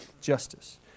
justice